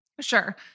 Sure